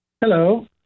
Hello